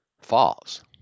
falls